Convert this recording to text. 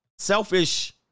selfish